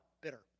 bitter